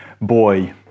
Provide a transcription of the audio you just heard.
boy